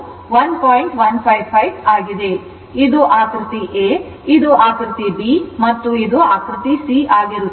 ಆದ್ದರಿಂದ ಇದು ಆಕೃತಿ a ಇದು ಆಕೃತಿ b ಮತ್ತು ಆಕೃತಿ c ಆಗಿರುತ್ತದೆ